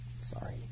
Sorry